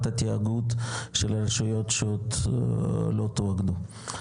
התיאגוד של הרשויות שעוד לא תואגדו.